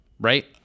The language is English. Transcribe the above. right